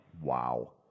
Wow